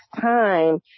time